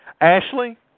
Ashley